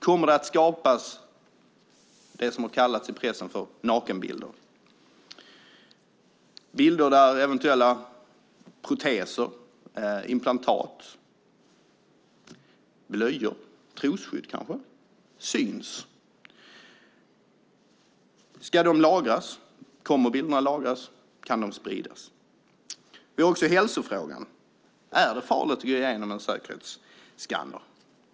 Kommer det att skapas det som i pressen har kallats för nakenbilder, bilder där eventuella proteser, implantat, blöjor, trosskydd kanske syns? Kommer bilderna att lagras? Kan de spridas? Vi har hälsofrågan. Är det farligt att gå igenom en säkerhetsskanner?